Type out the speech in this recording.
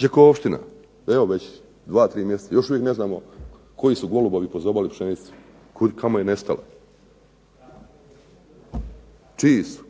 Đakovština, još uvijek ne znamo koji su golubovi pozobali pšenicu, kamo je nestala. Čiji su?